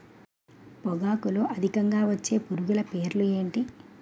పొగాకులో అధికంగా వచ్చే పురుగుల పేర్లు ఏంటి